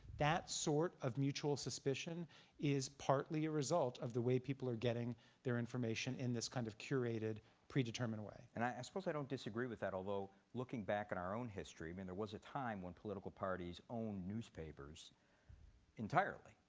that sort of mutual suspicion is partly a result of the way people are getting their information in this kind of curated predetermined way. and i suppose i don't disagree with that although looking back at our own history, i mean there was a time when political parties owned newspapers entirely.